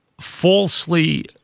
falsely